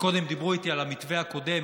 קודם דיברו איתי על המתווה הקודם.